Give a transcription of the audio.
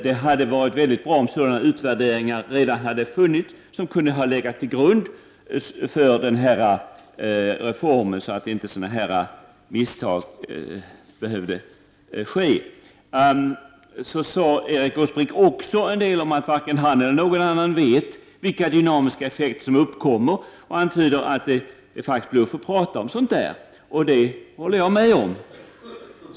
Det hade varit mycket bra om sådana utvärderingar redan hade gjorts, som hade kunnat ligga till grund för reformen, så att misstag inte behövde ske. Erik Åsbrink sade också att varken han eller någon annan vet vilka dynamiska effekter som uppkommer, och han antydde att vi borde prata om det. Jag håller med om det.